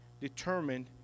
determined